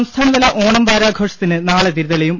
സംസ്ഥാനതല ഓണം വാരാഘോഷത്തിന് നാളെ തിരി തെളി യും